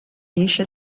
esce